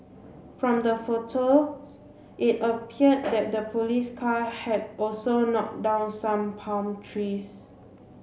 from the photos it appeared that the police car had also knocked down some palm trees